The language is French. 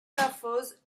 nymphose